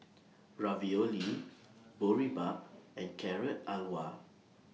Ravioli Boribap and Carrot Halwa